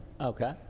Okay